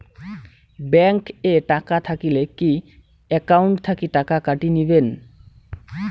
Bank এ টাকা থাকিলে কি একাউন্ট থাকি টাকা কাটি নিবেন?